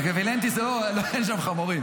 אבל אקוויוולנטי זה לא, אין שם חמורים.